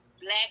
Black